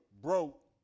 broke